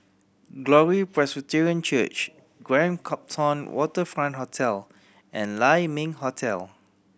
Glory Presbyterian Church Grand Copthorne Waterfront Hotel and Lai Ming Hotel